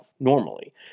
Normally